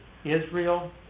Israel